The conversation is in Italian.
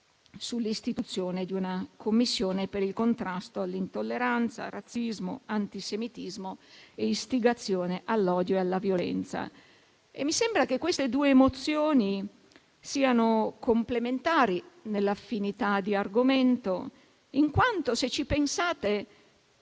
sull'istituzione di una Commissione straordinaria per il contrasto dei fenomeni di intolleranza, razzismo, antisemitismo e istigazione all'odio e alla violenza. Mi sembra che queste due mozioni siano complementari, nell'affinità di argomento, in quanto, se ci pensate,